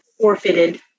forfeited